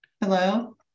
Hello